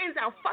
out